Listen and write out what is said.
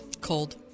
Cold